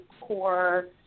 core